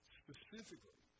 specifically